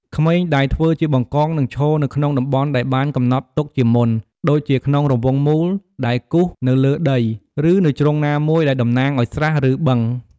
ក្មេងដែលធ្វើជា បង្កង នឹងឈរនៅក្នុងតំបន់ដែលបានកំណត់ទុកជាមុន ដូចជាក្នុងរង្វង់មូលដែលគូសនៅលើដី ឬនៅជ្រុងណាមួយដែលតំណាងឱ្យ ស្រះ ឬ បឹង។